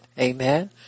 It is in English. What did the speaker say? Amen